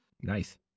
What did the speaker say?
nice